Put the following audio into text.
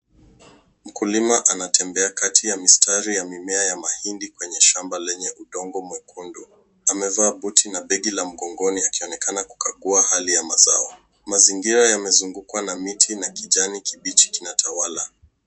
Mkulima anatembea kati ya mistari ya mimea ya mahindi kwenye shamba lenye udongo mwekundu. Amevaa buti na begi la mgongoni akionekana kukagua hali ya mazao. Mazingira yamezungukwa na miti na kijani kibichi kinatawala.